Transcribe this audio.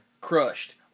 Crushed